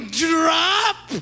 drop